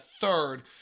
third